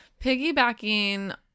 piggybacking